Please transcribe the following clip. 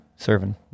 Serving